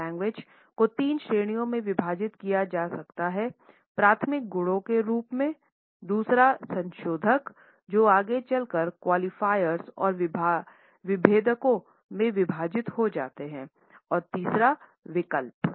paralanguage को तीन श्रेणियों में विभाजित किया जा सकता है प्राथमिक गुणों के रूप मेंदूसरे संशोधक जो आगे चलकर क्वालिफ़ायर्स और विभेदकों में विभाजित हो सकते हैं और तीसरा विकल्प